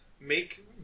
Make